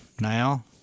now